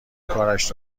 کارش